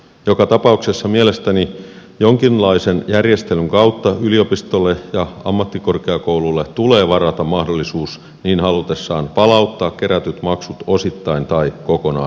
joka tapauksessa mielestäni jonkinlaisen järjestelyn kautta yliopistoille ja ammattikorkeakouluille tulee varata mahdollisuus niin halutessaan palauttaa kerätyt maksut osittain tai kokonaan opiskelijoille